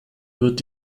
wird